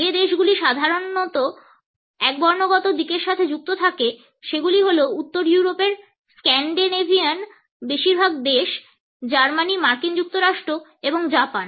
যে দেশগুলি সাধারণত একবর্ণগত দিকের সাথে যুক্ত থাকে সেগুলি হল উত্তর ইউরোপের স্ক্যান্ডিনেভিয়ান বেশিরভাগ দেশ জার্মানি মার্কিন যুক্তরাষ্ট্র এবং জাপান